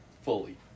fully